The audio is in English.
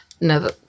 no